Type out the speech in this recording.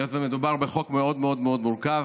היות שמדובר בחוק מאוד מאוד מאוד מורכב.